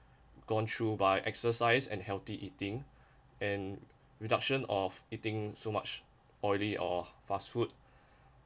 gone through by exercise and healthy eating and reduction of eating so much oily or fast food